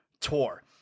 tour